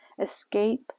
Escape